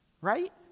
right